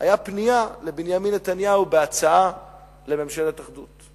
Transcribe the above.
היה פנייה לבנימין נתניהו בהצעה לממשלת אחדות.